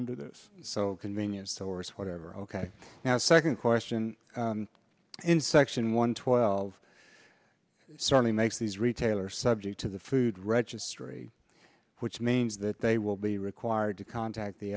under this so convenience stores whatever ok now second question in section one twelve certainly makes these retailers subject to the food registry which means that they will be required to contact the